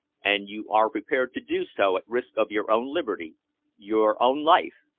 and you are prepared to do so at risk of your own liberty your own life?